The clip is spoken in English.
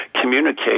communicate